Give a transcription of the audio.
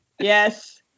Yes